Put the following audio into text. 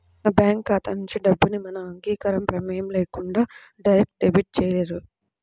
మన బ్యేంకు ఖాతా నుంచి డబ్బుని మన అంగీకారం, ప్రమేయం లేకుండా డైరెక్ట్ డెబిట్ చేయలేరు